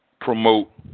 promote